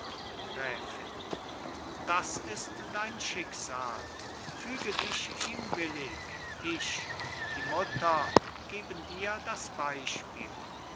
gräfin das ist dein schicksal füge dich ihm willig ich und die mutter geben dir das beispiel